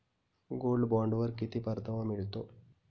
Gold बॉण्डवर किती परतावा मिळतो?